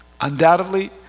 undoubtedly